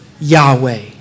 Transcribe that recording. Yahweh